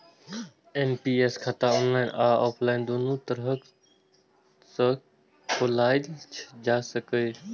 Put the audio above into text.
NPS खाता online आ offline, दुनू तरह सं खोलाएल जा सकैए